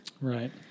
Right